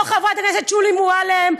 לא חברת הכנסת שולי מועלם,